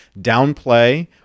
downplay